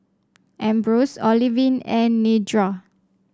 Ambrose Olivine and Nedra